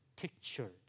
Pictured